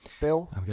Bill